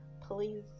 please